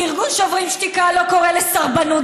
כי ארגון שוברים שתיקה לא קורא לסרבנות.